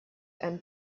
and